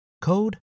code